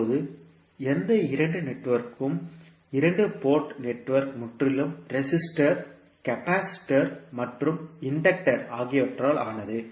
இப்போது எந்த இரண்டு நெட்வொர்க்கும் இரண்டு போர்ட் நெட்வொர்க் முற்றிலும் ரெஸிஸ்டர் கெபாசிட்டர் மற்றும் இன்டக்டர் ஆகியவற்றால் ஆனது